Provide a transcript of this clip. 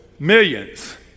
Millions